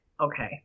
Okay